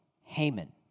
Haman